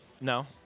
No